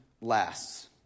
lasts